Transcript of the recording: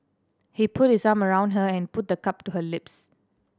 he put his arm around her and put the cup to her lips